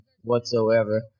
whatsoever